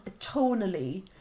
tonally